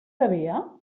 sabia